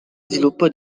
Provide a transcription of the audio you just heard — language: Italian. sviluppo